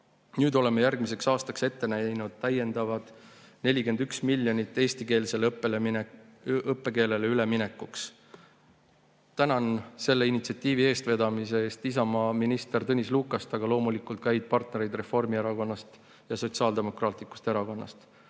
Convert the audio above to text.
Nüüd oleme järgmiseks aastaks ette näinud täiendavad 41 miljonit eestikeelsele õppele üleminekuks. Tänan selle initsiatiivi eestvedamise eest Isamaa ministrit Tõnis Lukast, aga loomulikult ka häid partnereid Reformierakonnast ja Sotsiaaldemokraatlikust Erakonnast.